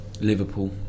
Liverpool